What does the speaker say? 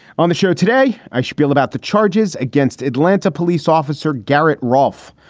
on the show today, i spiel about the charges against atlanta police officer garrett roff.